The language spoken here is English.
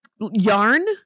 yarn